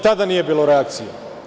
Tada nije bilo reakcije.